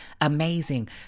amazing